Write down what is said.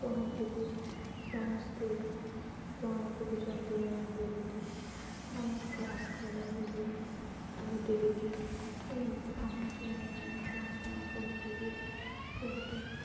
କହନ୍ତି କିି ସମସ୍ତେ କ'ଣ କହୁଛନ୍ତି ମ୍ୟାମ୍ ବୋଲୁଥିବି ଆମେ କ୍ଲାସ୍ କଲାବେଳେ କହୁଥିବି କି ଏମିତି କହନ୍ତିନି ମ୍ୟାମ୍ କ'ଣ କ'ଣ କହୁଥିବି କହୁଥିବି